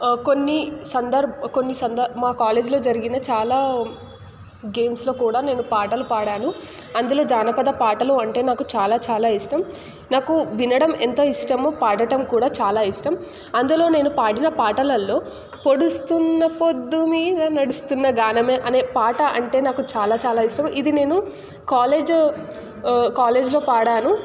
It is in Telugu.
కొన్ని సందర్బ కొన్ని సందర్భ మా కాలేజీలో జరిగిన చాలా గేమ్స్ లో కూడా నేను పాటలు పాడాను అందులో జానపద పాటలు అంటే నాకు చాలా చాలా ఇష్టం నాకు వినడం ఎంతో ఇష్టమో పడటం కూడా చాలా ఇష్టం అందులో నేను పాడిన పాటలల్లో పొడుస్తున్న పొద్దు మీద నడుస్తున్న గానమే అనే పాట అంటే నాకు చాలా చాలా ఇష్టం ఇది నేను కాలేజ్ కాలేజ్లో పాడాను